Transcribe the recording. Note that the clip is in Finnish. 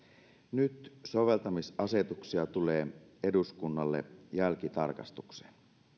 nyt soveltamisasetuksia tulee eduskunnalle jälkitarkastukseen